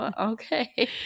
okay